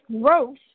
growth